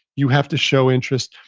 you have to show interest.